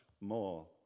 more